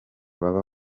baba